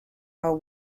are